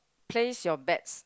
place your bets